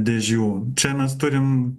dėžių čia mes turim